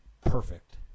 perfect